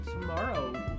tomorrow